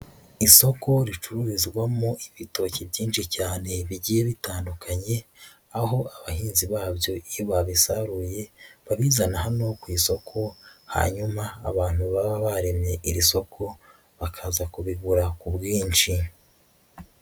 Isoko ricururizwamo ibitoki byinshi cyane bigiye bitandukanye, aho abahinzi babyo iyo babisaruye babizana hano ku isoko, hanyuma abantu baba baremye iri soko, bakaza kubigura ku bwinshi.